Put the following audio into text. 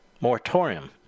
moratorium